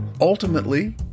Ultimately